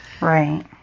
Right